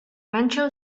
rancho